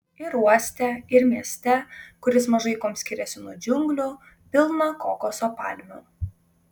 ir uoste ir mieste kuris mažai kuom skiriasi nuo džiunglių pilna kokoso palmių